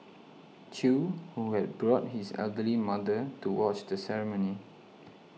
Chew who had brought his elderly mother to watch the ceremony